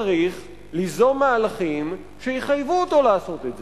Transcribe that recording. צריך ליזום מהלכים שיחייבו אותו לעשות את זה,